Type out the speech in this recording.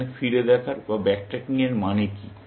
এখানে ফিরে দেখার মানে কি